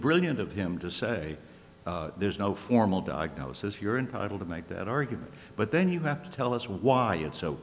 brilliant of him to say there's no formal diagnosis you're entitled to make that argument but then you have to tell us why